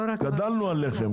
גדלנו על לחם,